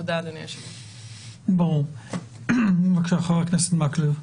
תודה, חבר הכנסת מקלב.